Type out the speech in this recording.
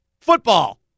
Football